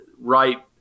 right